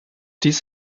dies